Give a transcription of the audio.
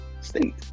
State